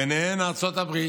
ארצות הברית.